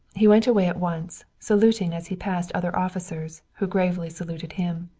he went away at once, saluting as he passed other officers, who gravely saluted him.